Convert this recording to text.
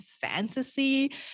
fantasy